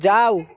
যাও